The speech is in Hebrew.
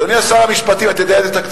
אדוני, שר המשפטים, אתה יודע איזה תקציבים?